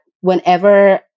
whenever